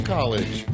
College